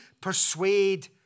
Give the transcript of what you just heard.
persuade